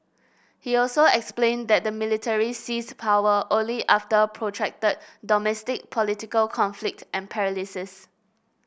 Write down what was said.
he also explained that the military seized power only after protracted domestic political conflict and paralysis